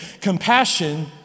compassion